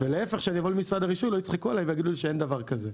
ולהפך כשאני אבוא למשרד הרישוי לא יצחקו עליי ויגידו לי שאין דבר כזה.